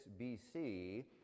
bc